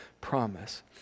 promise